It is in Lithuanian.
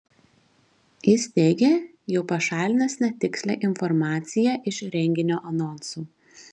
jis teigė jau pašalinęs netikslią informaciją iš renginio anonsų